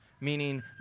Meaning